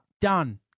Done